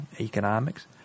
economics